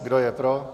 Kdo je pro?